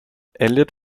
eliot